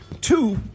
Two